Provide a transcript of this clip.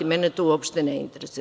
Mene to uopšte ne interesuje.